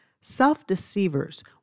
self-deceivers